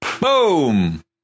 Boom